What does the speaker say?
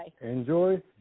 Enjoy